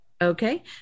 Okay